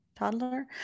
toddler